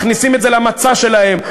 מכניסים את זה למצע שלהם,